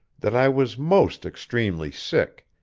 that i was most extremely sick